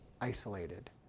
isolated